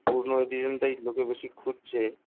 পুরনো এডিশানটাই লোকে বেশি খুঁজছে